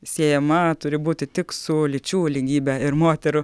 siejama turi būti tik su lyčių lygybe ir moterų